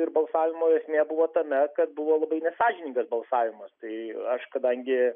ir balsavimo esmė buvo tame kad buvo labai nesąžiningas balsavimas tai aš kadangi